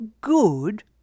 good